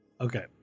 Okay